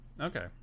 okay